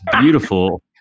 beautiful